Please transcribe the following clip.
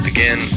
Again